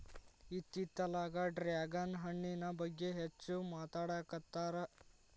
ಇತ್ತಿತ್ತಲಾಗ ಡ್ರ್ಯಾಗನ್ ಹಣ್ಣಿನ ಬಗ್ಗೆ ಹೆಚ್ಚು ಮಾತಾಡಾಕತ್ತಾರ